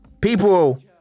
people